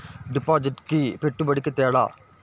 డిపాజిట్కి పెట్టుబడికి తేడా?